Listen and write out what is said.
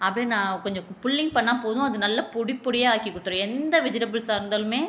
அப்படியே நான் கொஞ்சம் புல்லிங் பண்ணிணா போதும் அது நல்லா பொடி பொடியாக ஆக்கி குடுத்திடும் எந்த வெஜிடபிள்ஸாக இருந்தாலுமே